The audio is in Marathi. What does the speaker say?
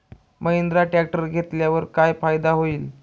महिंद्रा ट्रॅक्टर घेतल्यावर काय फायदा होईल?